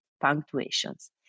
punctuations